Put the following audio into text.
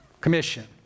Commission